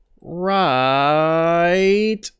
right